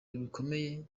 bikomeye